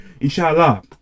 Inshallah